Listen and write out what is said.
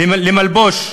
למלבוש,